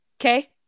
Okay